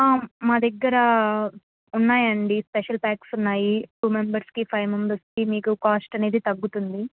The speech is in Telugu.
మా దగ్గరా ఉన్నాయండి స్పెషల్ ప్యాక్స్ ఉన్నాయి టూ మెంబెర్స్కి ఫైవ్ మెంబెర్స్కి మీకు కాస్ట్ అనేది తగ్గుతుంది